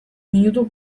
minutu